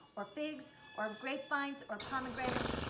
or figs, or grapevines, or pomegranates,